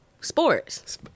Sports